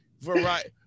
variety